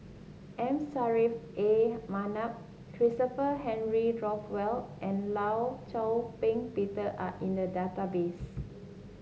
M Saffri A Manaf Christopher Henry Rothwell and Law Shau Ping Peter are in the database